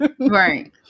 right